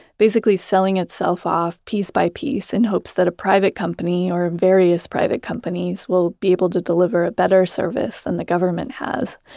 basically selling itself off, piece by piece in hopes that a private company or various private companies will be able to deliver a better service than the government has,